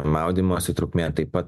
maudymosi trukmė taip pat